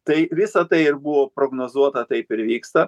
tai visa tai ir buvo prognozuota taip ir vyksta